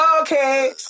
okay